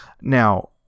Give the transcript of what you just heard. Now